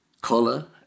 collar